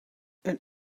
een